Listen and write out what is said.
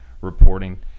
reporting